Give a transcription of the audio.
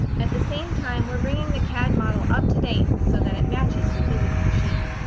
at the same time we're bringing the cad model up-to-date so that it matches the physical machine.